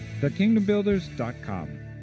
thekingdombuilders.com